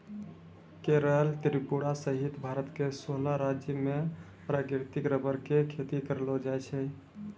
केरल त्रिपुरा सहित भारत के सोलह राज्य मॅ प्राकृतिक रबर के खेती करलो जाय छै